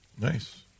nice